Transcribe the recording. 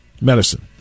medicine